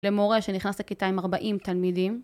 למורה שנכנס לכיתה עם 40 תלמידים.